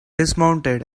dismounted